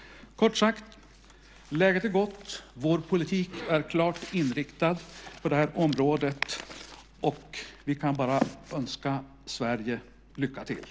Kort sagt: Läget är gott. Vår politik är klart inriktad på det här området, och vi kan bara önska Sverige lycka till!